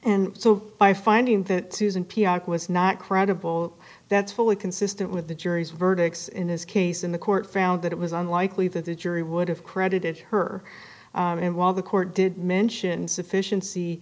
and so by finding that susan p r was not credible that's fully consistent with the jury's verdict is in this case in the court found that it was unlikely that the jury would have credited her and while the court did mention sufficiency